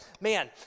man